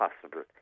possible